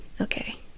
okay